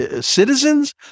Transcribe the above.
citizens